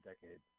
decades